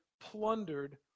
plundered